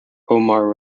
omar